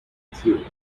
theorem